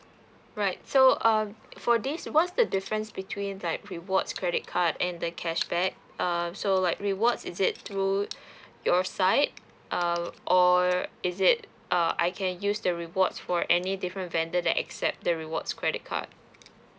right so uh for this what's the difference between like rewards credit card and the cashback err so like rewards is it through your side err or is it uh I can use the rewards for any different vendor that accept the rewards credit card